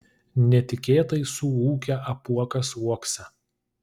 netikėtai suūkia apuokas uokse